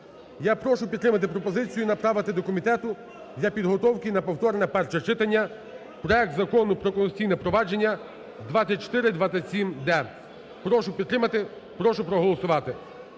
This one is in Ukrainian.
Я прошу підтримати пропозицію направити до комітету для підготовки на повторне перше читання проект Закону про Конституційне провадження (6427-д). Прошу підтримати, прошу проголосувати.